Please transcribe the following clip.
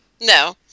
no